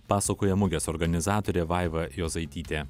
pasakoja mugės organizatorė vaiva jozaitytė